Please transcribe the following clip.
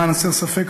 למען הסר ספק,